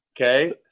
okay